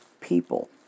people